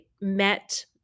met